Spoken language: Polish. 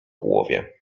głowie